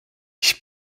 ich